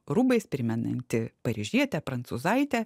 rūbais primenanti paryžietę prancūzaitę